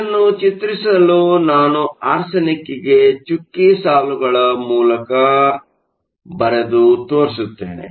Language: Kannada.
ಇದನ್ನು ಚಿತ್ರಿಸಲು ನಾನು ಆರ್ಸೆನಿಕ್ಗೆ ಚುಕ್ಕಿ ಸಾಲುಗಳ ಮೂಲಕ ನಾನು ಬರೆದು ತೋರಿಸುತ್ತೇನೆ